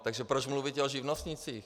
Takže proč mluvíte o živnostnících?